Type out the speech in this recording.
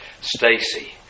Stacy